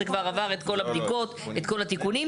זה כבר עבר את כל הבדיקות את כל התיקונים,